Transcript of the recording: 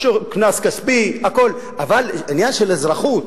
אבל אז חבר הכנסת